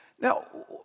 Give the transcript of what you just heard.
Now